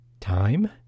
Time